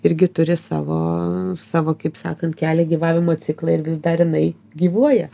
irgi turi savo savo kaip sakant kelią gyvavimo ciklą ir vis dar jinai gyvuoja